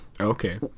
Okay